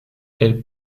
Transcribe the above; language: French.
elle